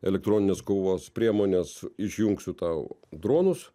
elektroninės kovos priemones išjungsiu tau dronus